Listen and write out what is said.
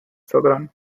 southern